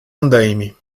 andaime